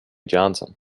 johnson